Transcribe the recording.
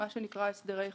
מה שנקרא הסדרי חוב.